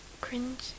Cringe